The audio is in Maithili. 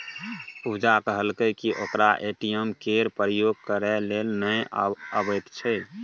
पुजा कहलकै कि ओकरा ए.टी.एम केर प्रयोग करय लेल नहि अबैत छै